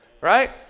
right